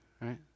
right